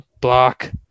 block